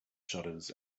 shutters